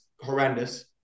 horrendous